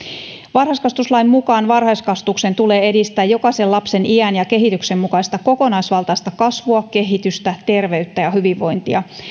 varhaiskasvatuslain mukaan varhaiskasvatuksen tulee edistää jokaisen lapsen iän ja kehityksen mukaista kokonaisvaltaista kasvua kehitystä terveyttä ja hyvinvointia